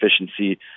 efficiency